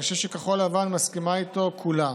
אני חושב שכחול לבן מסכימה איתו כולה.